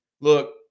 look